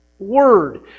Word